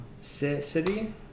city